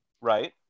Right